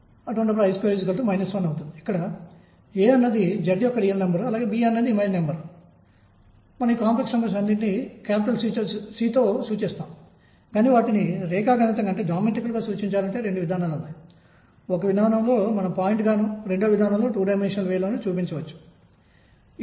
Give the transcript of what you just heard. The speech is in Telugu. అప్పుడు కృష్ణ వస్తువు వికిరణం యొక్క స్పెక్ట్రల్ డెన్సిటీ వర్ణపటయుక్త సాంద్రత లేదా వర్ణపటాన్ని వివరించడానికి ఈ ఆలోచన వర్తింపజేయబడింది